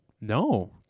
No